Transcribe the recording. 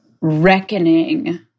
reckoning